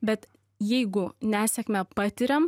bet jeigu nesėkmę patiriam